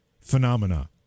phenomena